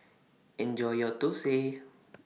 Enjoy your Thosai